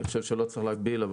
אני חושב שלא צריך להגביל.